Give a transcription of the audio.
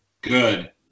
Good